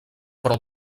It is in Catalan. però